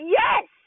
yes